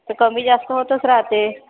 तर कमी जास्त होतंच राहते